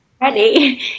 ready